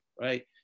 right